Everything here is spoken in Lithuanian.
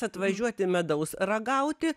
atvažiuoti medaus ragauti